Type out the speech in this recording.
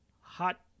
hot